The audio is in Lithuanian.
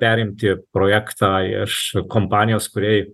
perimti projektą iš kompanijos kuriai